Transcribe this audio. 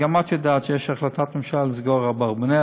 גם את יודעת שיש החלטת ממשלה לסגור את "אברבנאל",